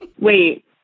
Wait